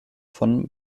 von